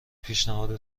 پیشنهاد